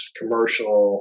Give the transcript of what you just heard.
commercial